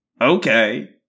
Okay